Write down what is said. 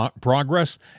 progress